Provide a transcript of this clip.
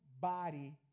body